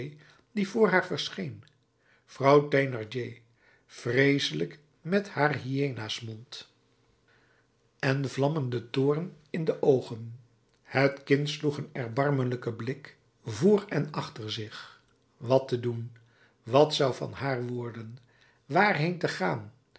die voor haar verscheen vrouw thénardier vreeselijk met haar hyena'smond en vlammenden toorn in de oogen het kind sloeg een erbarmelijken blik voor en achter zich wat te doen wat zou van haar worden waarheen te gaan